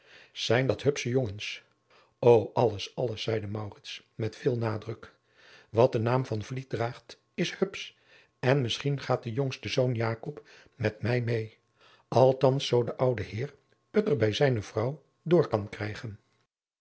zijn dat hupsche jongens o alles alles zeide maurits met veel nadruk wat den naam van van vliet draagt is hupsch en misschien gaat de jongste zoon jakob met mij meê althans zoo de oude heer het er bij zijne vrouw door kan krijgen